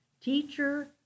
teacher